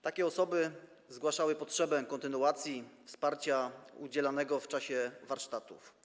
Takie osoby zgłaszały potrzebę kontynuacji wsparcia udzielanego w czasie warsztatów.